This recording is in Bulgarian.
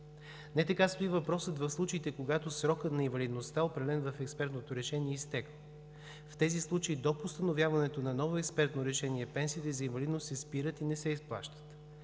Не така стои въпросът в случаите, когато срокът на инвалидността, определен в експертното решение, е изтекъл. В тези случаи до постановяването на ново експертно решение пенсиите за инвалидност се спират и не се изплащат.